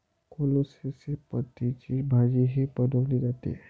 कोलोसेसी पतींची भाजीही बनवली जाते